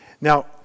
Now